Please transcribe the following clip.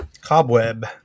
Cobweb